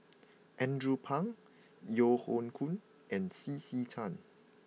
Andrew Phang Yeo Hoe Koon and C C Tan